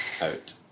out